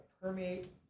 permeate